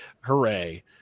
hooray